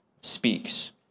speaks